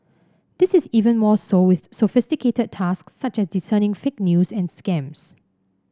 this is even more so with sophisticated tasks such as discerning fake news and scams